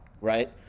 right